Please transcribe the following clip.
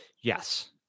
yes